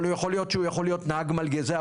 אבל יכול להיות שהוא יכול להיות נהג מלגזה,